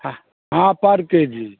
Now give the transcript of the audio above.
हाँ पर के जी